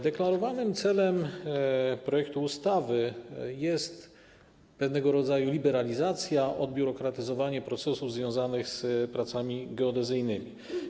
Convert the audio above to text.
Deklarowanym celem projektu ustawy jest pewnego rodzaju liberalizacja, odbiurokratyzowanie procesów związanych z pracami geodezyjnymi.